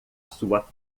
sua